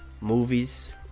movies